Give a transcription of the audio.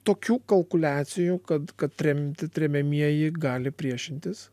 tokių kalkuliacijų kad kad tremti tremiamieji gali priešintis